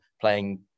playing